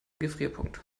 gefrierpunkt